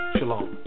Shalom